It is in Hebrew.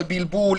בלבול,